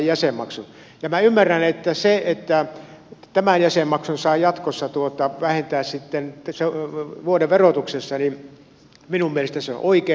ja minä ymmärrän että se että tämän jäsenmaksun saa jatkossa vähentää sitten vuoden verotuksessa on minun mielestäni oikein